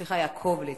סליחה, יעקב ליצמן.